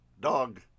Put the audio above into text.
Dog